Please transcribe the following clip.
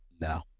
no